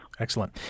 Excellent